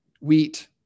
wheat